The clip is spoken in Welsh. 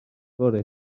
fory